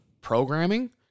programming